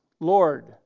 Lord